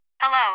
Hello